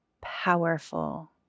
powerful